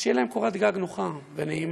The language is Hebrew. שתהיה להם קורת גג נוחה ונעימה,